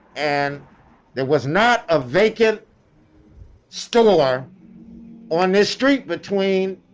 and there was not a vacant store on this street between